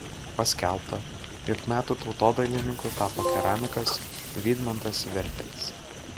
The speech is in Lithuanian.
paskelbta jog metų tautodailininku tapo keramikas vydmantas vertelis